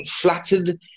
flattered